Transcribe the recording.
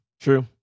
True